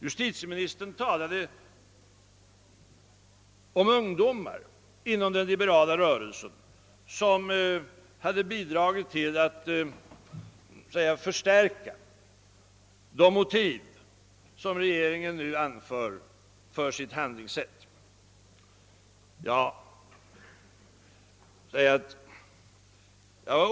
Justitieministern talade om ungdomar inom den liberala rörelsen som bidragit till att förstärka de motiv som regeringen nu anför för sitt handlingssätt.